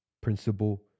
principle